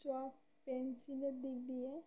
চক পেনসিলেরর দিক দিয়ে